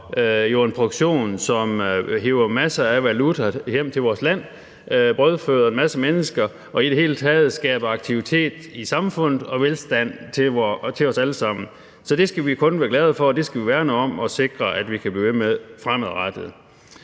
og en produktion, som hiver masser af valuta hjem til vores land, brødføder en masse mennesker og i det hele taget skaber aktivitet i samfundet og velstand til os alle sammen. Så det skal vi kun være glade for, og det skal vi værne om, og vi skal sikre, at vi kan blive ved med det fremadrettet.